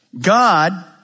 God